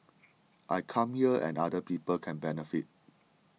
I come here and other people can benefit